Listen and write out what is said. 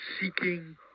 seeking